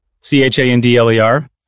C-H-A-N-D-L-E-R